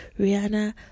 Rihanna